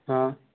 हाँ